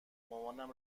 مامانم